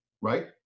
right